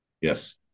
Yes